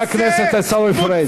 מוצא אשם, חבר הכנסת עיסאווי פריג'.